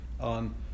on